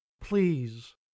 Please